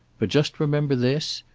but just remember this.